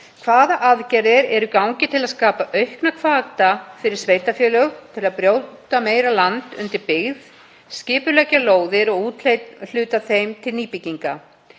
Hvaða aðgerðir eru í gangi til að skapa aukna hvata fyrir sveitarfélög til að brjóta meira land undir byggð, skipuleggja lóðir og úthluta af þeim til nýbygginga?